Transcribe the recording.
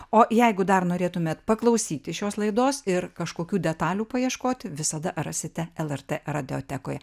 o jeigu dar norėtumėt paklausyti šios laidos ir kažkokių detalių paieškoti visada rasite lrt radiotekoje